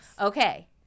okay